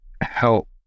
help